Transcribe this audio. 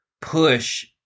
push